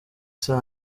saa